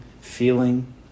feeling